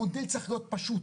המודל צריך להיות פשוט.